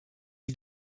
die